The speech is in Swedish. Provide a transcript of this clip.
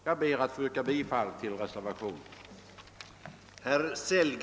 Jag ber att få yrka bifall till reservationen.